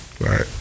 right